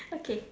okay